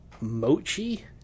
mochi